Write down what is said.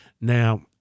Now